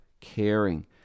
caring